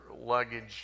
luggage